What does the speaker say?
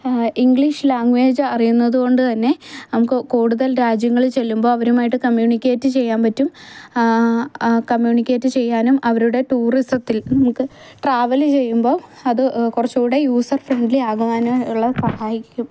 English language അറിയുന്നത്കൊണ്ട് തന്നെ നമുക്ക് കൂടുതൽ രാജ്യങ്ങളിൽ ചെല്ലുമ്പോൾ അവരുമായിട്ട് കമ്മ്യൂണിക്കേറ്റ് ചെയ്യാൻ പറ്റും കമ്മ്യൂണിക്കേറ്റ് ചെയ്യാനും അവരുടെ ടൂറിസത്തിൽ നമുക്ക് ട്രാവല് ചെയ്യുമ്പം അത് കുറച്ചൂടെ യൂസർ ഫ്രണ്ട്ലി ആകാനുള്ള സഹായിക്കും